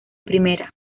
primera